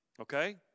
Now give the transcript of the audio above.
Okay